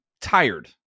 tired